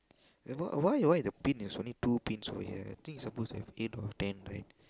ya but why why the pin is only two pins over here I think it's supposed to have eight or ten right